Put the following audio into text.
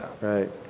right